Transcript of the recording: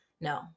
No